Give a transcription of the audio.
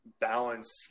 balance